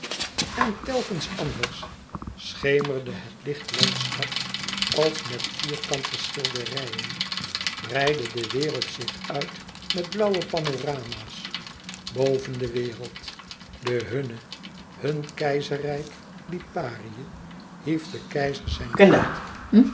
en telkens anders schemerde het lichtlandschap als met vierkante schilderijen breidde de wereld zich uit met blauwe panorama's boven de wereld de hunne hun keizerrijk liparië hief de keizer zijn kind